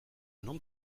non